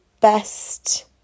best